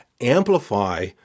amplify